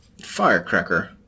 Firecracker